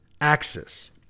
Axis